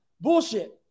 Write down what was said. bullshit